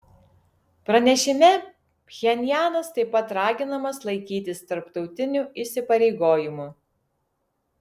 pranešime pchenjanas taip pat raginamas laikytis tarptautinių įsipareigojimų